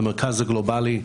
למרכז הגלובלי,